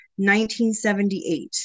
1978